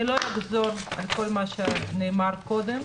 אני לא אחזור על כל מה שנאמר קודם,